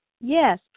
Yes